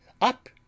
up